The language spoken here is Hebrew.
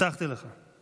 הבטחתי לך.